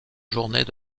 journées